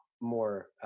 more